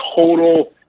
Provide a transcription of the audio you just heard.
total